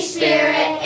Spirit